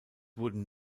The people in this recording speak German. wurden